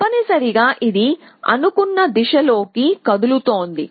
తప్పనిసరిగా ఇది అనుకొన్న దిశలో కి కదులుతోంది